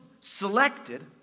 selected